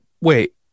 wait